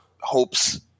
hopes